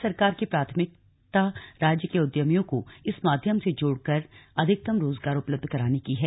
राज्य सरकार की प्राथमिकता राज्य के उद्यमियों को इस माध्यम से जोड़कर अधिकतम रोजगार उपलब्ध कराने की है